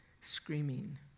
screaming